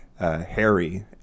Harry